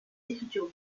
écritures